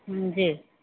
जी